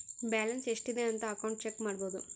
balance ಎಷ್ಟ್ ಇದೆ ಅಂತ ಅಕೌಂಟ್ ಚೆಕ್ ಮಾಡಬೋದು